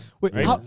Wait